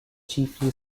chiefly